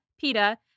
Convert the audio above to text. Peta